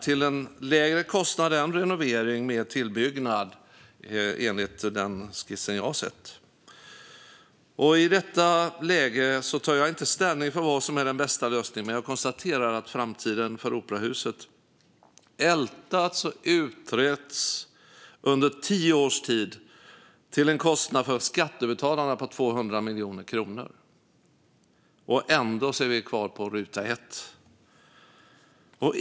Det skulle bli till en lägre kostnad än en renovering med tillbyggnad, enligt den skiss jag har sett. I detta läge tar jag inte ställning till vad som är den bästa lösningen, men jag konstaterar att framtiden för operahuset har ältats och utretts under tio års tid till en kostnad för skattebetalarna på 200 miljoner kronor. Och ändå är vi kvar på ruta ett.